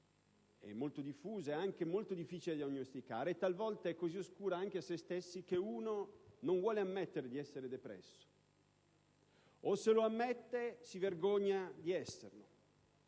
è molto diffusa e anche molto difficile da diagnosticare. Talvolta è così oscura anche a se stessi che la persona non vuole ammettere di essere depressa o, se lo ammette, si vergogna di esserlo;